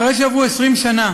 אחרי שעברו 20 שנה